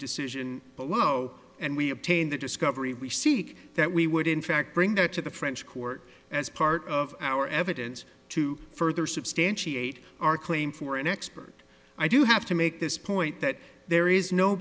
decision but we know and we obtain the discovery we seek that we would in fact bring that to the french court as part of our evidence to further substantiate our claim for an expert i do have to make this point that there is no